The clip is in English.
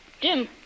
Jim